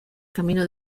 camino